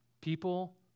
People